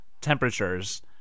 temperatures